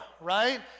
right